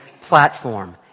platform